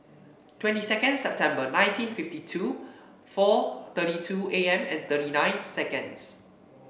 twenty second September nineteen fifty two four thirty two A M and thirty nine seconds